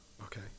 Okay